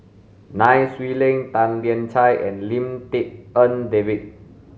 Nai Swee Leng Tan Lian Chye and Lim Tik En David